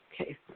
Okay